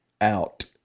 out